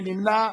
מי נמנע?